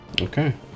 okay